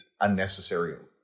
unnecessary